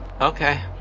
Okay